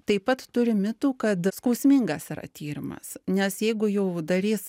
taip pat turi mitų kad skausmingas yra tyrimas nes jeigu jau darys